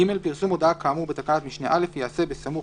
(ג) פרסום הודעה כאמור בתקנת משנה (א) ייעשה בסמוך,